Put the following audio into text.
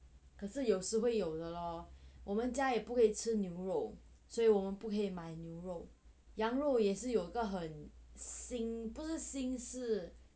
可是有时会有的咯我们家也不可以吃牛肉所以我们不可以买牛肉羊肉也是有个很腥不是腥是